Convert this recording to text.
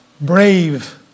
brave